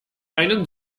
einen